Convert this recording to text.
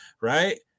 right